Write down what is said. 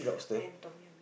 and tom-yum